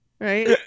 right